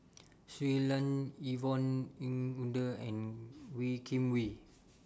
Shui Lan Yvonne Ng Uhde and Wee Kim Wee